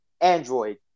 Android